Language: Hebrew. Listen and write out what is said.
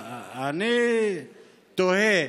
אני תוהה